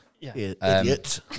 Idiot